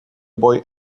boy